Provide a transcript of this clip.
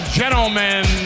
gentlemen